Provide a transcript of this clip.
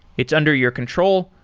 it's under your control,